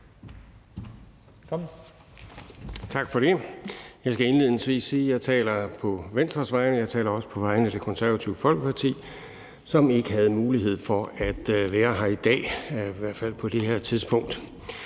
Tak for det. Jeg skal indledningsvis sige, at jeg taler på Venstres vegne, og at jeg også taler på vegne af Det Konservative Folkeparti, som ikke havde mulighed for at være her i dag, i hvert fald ikke på det her tidspunkt.